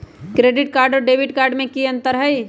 Credit card और debit card में की अंतर हई?